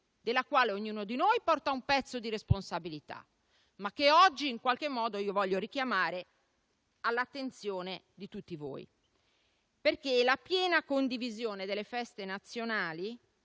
della quale ognuno di noi porta un pezzo di responsabilità, ma che oggi in qualche modo voglio richiamare all'attenzione di tutti voi. La piena condivisione delle feste nazionali